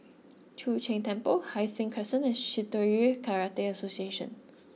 Chu Sheng Temple Hai Sing Crescent and Shitoryu Karate Association